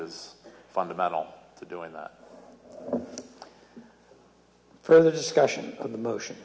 is fundamental to doing that for the discussion of the motion